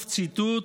סוף ציטוט.